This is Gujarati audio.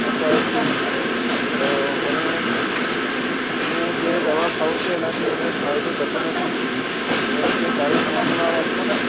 પાંચ વર્ષથી મને હું જે દવા ખાઉં છું એનાથી મને ફાયદો થતો નથી તમે કંઈ સારી દવાનું નામ આપો ને